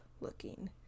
looking